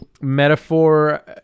metaphor